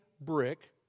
brick